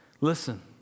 Listen